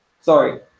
Sorry